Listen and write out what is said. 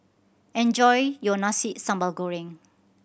enjoy your Nasi Sambal Goreng